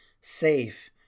safe